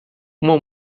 uma